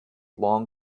long